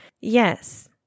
Yes